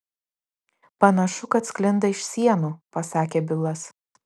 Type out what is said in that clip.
panašu kad sklinda iš sienų pasakė bilas